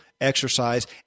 exercise